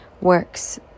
works